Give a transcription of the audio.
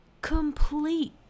complete